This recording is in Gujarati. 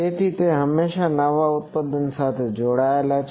તેથી તે હંમેશાં નવા ઉત્પાદન સાથે જોડાય છે